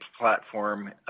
platform